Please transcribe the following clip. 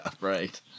right